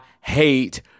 hate